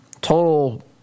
total